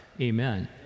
Amen